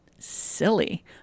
Silly